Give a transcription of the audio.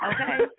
Okay